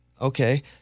Okay